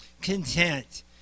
content